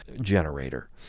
generator